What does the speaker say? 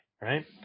Right